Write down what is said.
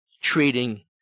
treating